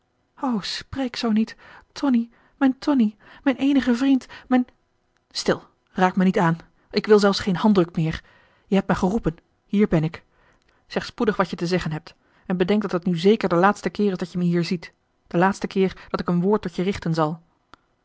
spreek zoo niet tonie mijn tonie mijn eenige vriend mijn stil raak mij niet aan ik wil zelfs geen handdruk meer je hebt mij geroepen hier ben ik zeg spoedig wat je te zeggen hebt en bedenk dat het nu zeker de laatste keer is dat je me hier ziet de laatste keer dat ik een woord tot je richten zal